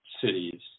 cities